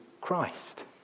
Christ